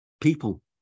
people